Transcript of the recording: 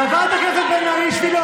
חברת הכנסת אבקסיס.